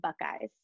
Buckeyes